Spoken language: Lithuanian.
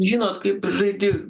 žinot kaip žaidi